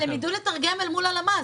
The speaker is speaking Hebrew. לא, אבל הם יידעו לתרגם אל מול הלמ"ס.